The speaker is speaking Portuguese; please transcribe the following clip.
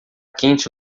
quente